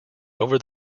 over